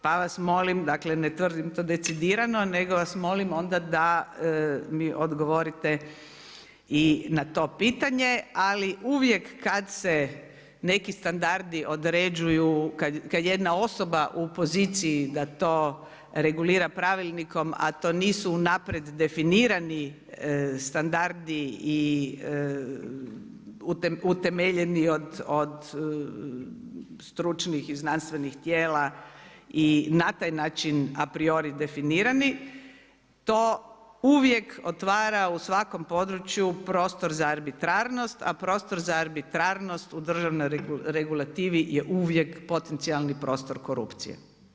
Pa vas molim, dakle ne tvrdim to decidirano nego vas molim onda da mi odgovorite i na to pitanje ali uvijek kada se neki standardi određuju, kada jedna osoba u poziciji da to regulira pravilnikom a to nisu unaprijed definirani standardi i utemeljeni od stručnih i znanstvenih tijela i na taj način apriori definirani, to uvijek otvara u svakom području prostor za arbitrarnost a prostor za arbitrarnost u državnoj regulativi je uvijek potencijalni prostor korupcije.